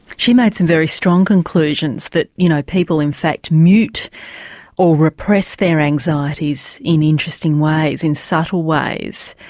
she made some very strong conclusions that you know people in fact mute or repress their anxieties in interesting ways, in subtle ways,